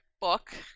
book